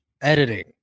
Editing